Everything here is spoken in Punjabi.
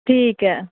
ਠੀਕ ਹੈ